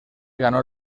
ganó